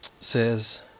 says